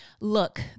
Look